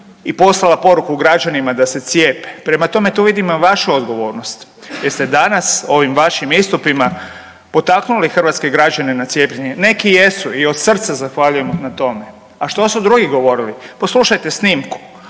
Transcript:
i poslala poruku građanima da se cijepe. Prema tome, to .../Govornik se ne razumije./... vašu odgovornost jer ste danas ovim vašim istupima potaknuli hrvatske građana na cijepljenje. Neki jesu i od srca zahvaljujem na tome. A što su drugi govorili? Poslušajte snimku.